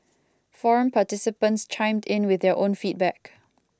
forum participants chimed in with their own feedback